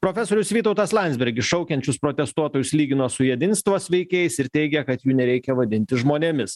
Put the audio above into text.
profesorius vytautas landsbergis šaukiančius protestuotojus lygino su jedinstvos veikėjais ir teigė kad jų nereikia vadinti žmonėmis